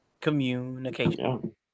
communication